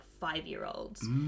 five-year-olds